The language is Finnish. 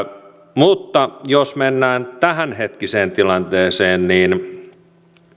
mutta jos mennään tämänhetkiseen tilanteeseen niin